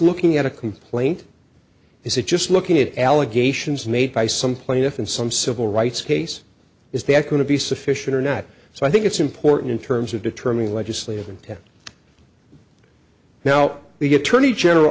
looking at a complaint is it just looking at allegations made by some plaintiff and some civil rights case is the echo to be sufficient or not so i think it's important in terms of determining legislative intent now we get tourney general